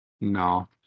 no